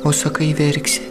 o sakai verksi